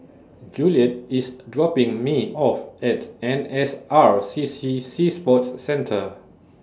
Juliet IS dropping Me off At N S R C C Sea Sports Centre